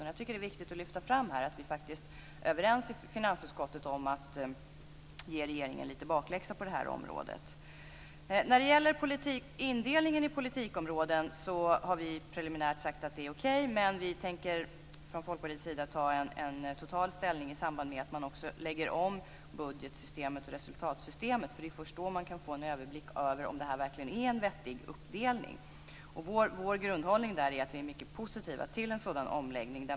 Jag tycker att det är viktigt att lyfta fram att vi är överens i finansutskottet om att ge regeringen lite bakläxa på detta område. När det gäller indelningen i politikområden har vi preliminärt sagt att det är okej. Men vi i Folkpartiet tänker ta total ställning till detta i samband med att man lägger om budgetsystemet och resultatsystemet. Det är ju först då man kan få en överblick av om detta verkligen är en vettig uppdelning. Vår grundhållning är att vi är mycket positiva till en sådan omläggning.